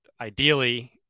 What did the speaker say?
ideally